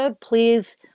please